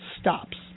stops